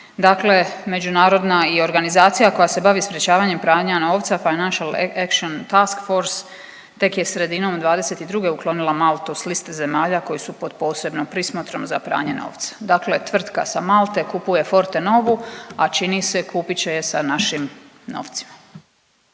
dakle međunarodna i organizacija koja se bavi sprječavanjem pranja novca Financial Action Task Force tek je sredinom '22. uklonila Maltu s liste zemalja koji su pod posebnom prismotrom za pranje novca. Dakle tvrtka sa Malte kupuje Fortenovu, a čini se kupit će je sa našim novcima.